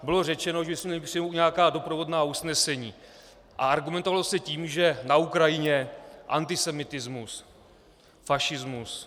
Bylo řečeno, že jsou nějaká doprovodná usnesení, a argumentovalo se tím, že na Ukrajině antisemitismus, fašismus.